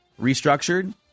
restructured